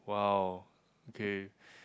wow okay